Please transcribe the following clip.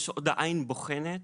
יש עוד עין בוחנת,